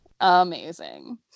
amazing